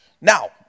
Now